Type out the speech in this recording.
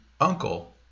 uncle